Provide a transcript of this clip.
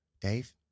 Dave